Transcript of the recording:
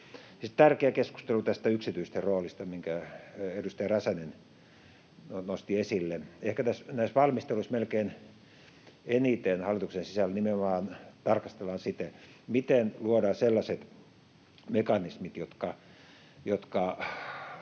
Tärkeä keskustelu tästä yksityisten roolista, minkä edustaja Räsänen nosti esille: Ehkä näissä valmisteluissa melkein eniten hallituksen sisällä tarkastellaan nimenomaan sitä, miten luodaan sellaiset mekanismit, jotka